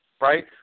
right